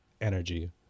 energy